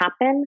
happen